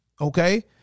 okay